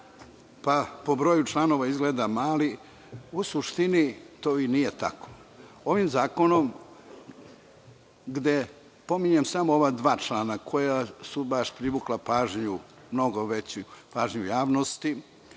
pa po broju članova izgleda mali, u suštini to i nije tako. Ovim zakonom, gde pominjem samo ova dva člana koja su baš privukla mnogo veću pažnju javnosti,